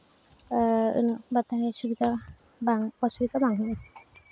ᱟᱨ ᱵᱟᱛᱟᱱ ᱨᱮᱭᱟᱜ ᱥᱩᱵᱤᱫᱷᱟ ᱵᱟᱝ ᱚᱥᱩᱵᱤᱫᱷᱟ ᱵᱟᱝ ᱦᱩᱭᱩᱜᱼᱟ